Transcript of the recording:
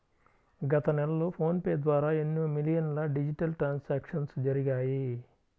గత నెలలో ఫోన్ పే ద్వారా ఎన్నో మిలియన్ల డిజిటల్ ట్రాన్సాక్షన్స్ జరిగాయి